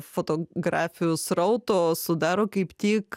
fotografijų srauto sudaro kaip tik